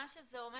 זה אומר